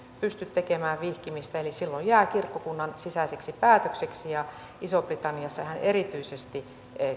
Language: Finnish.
pysty tekemään vihkimistä eli silloin jää kirkkokunnan sisäiseksi päätökseksi ja isossa britanniassahan erityisesti